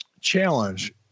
challenge